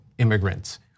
immigrants